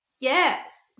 yes